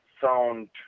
sound